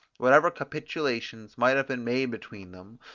whatever capitulations might have been made between them,